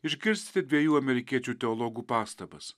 išgirsite dviejų amerikiečių teologų pastabas